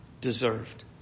deserved